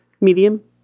Medium